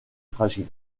fragile